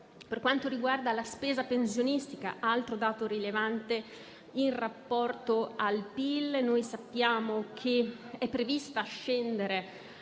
Per quanto riguarda la spesa pensionistica - altro dato rilevante in rapporto al PIL - sappiamo che è previsto che scenderà